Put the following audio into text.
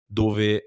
dove